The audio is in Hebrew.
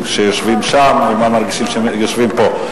כשיושבים שם ומה מרגישים כשיושבים פה.